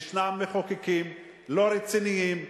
ישנם מחוקקים לא רציניים,